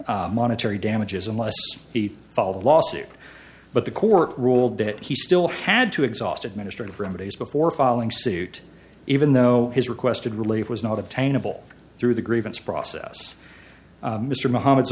monetary damages unless he followed lawsuit but the court ruled that he still had to exhaust administrative remedies before filing suit even though his requested relief was not attainable through the grievance process mr muhamm